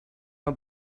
her